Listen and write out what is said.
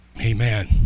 amen